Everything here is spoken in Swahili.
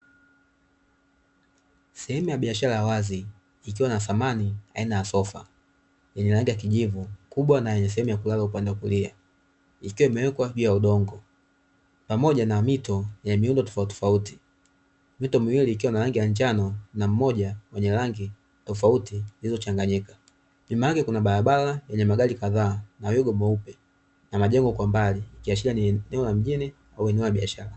Sehemu ya biashara ya wazi, ikiwa na samani ya aina ya sofa yenye rangi ya kijivu kubwa, na sehemu ya kulala upande wa kulia ikiwa imewekwa juu ya udongo, pamoja na mito yenye miundo tofauti tofauti, mito miwili ikiwa na rangi ya njano na mmoja wenye rangi tofauti zilizochanganyika, nyuma yake kuna barabara yenye magari kadhaa madogo meupe na majengo kwa mbali, ikiashiria ni maeneo ya mjini au maeneo ya biashara.